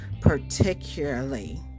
particularly